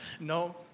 no